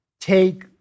take